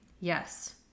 yes